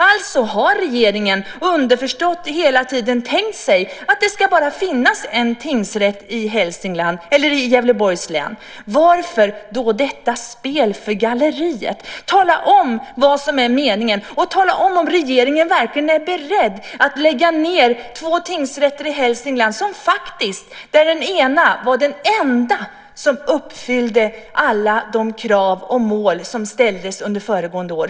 Alltså har regeringen hela tiden tänkt sig, underförstått, att det bara ska finnas en tingsrätt i Gävleborgs län. Varför då detta spel för galleriet? Tala om vad som är meningen! Tala om ifall regeringen verkligen är beredd att lägga ned två tingsrätter i Hälsingland! Den ena av dem var den enda som uppfyllde alla de krav och mål som ställdes upp under föregående år.